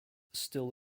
still